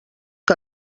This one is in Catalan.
que